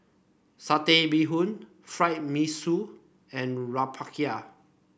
Satay Bee Hoon Fried Mee Sua and rempeyek